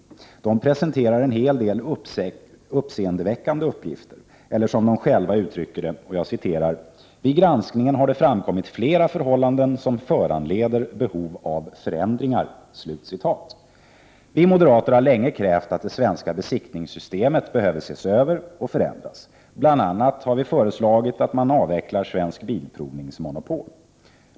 Man presenterar en hel del uppseendeväckande uppgifter, eller som det uttrycks i rapporten: ”Vid granskningen har det framkommit flera förhållanden som föranleder behov av förändringar”. Vi moderater har länge krävt att det svenska besiktningssystemet ses över och förändras. Vi har bl.a. föreslagit att man avvecklar Svensk Bilprovnings monopol.